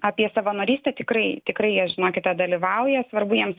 apie savanorystę tikrai tikrai jie žinokite dalyvauja svarbu jiems